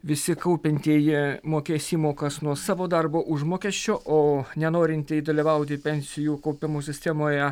visi kaupiantieji mokės įmokas nuo savo darbo užmokesčio o nenorintieji dalyvauti pensijų kaupimo sistemoje